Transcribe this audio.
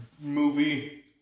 movie